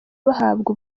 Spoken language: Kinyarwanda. bahabwa